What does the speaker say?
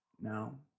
No